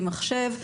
עם מחשב.